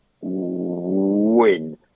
win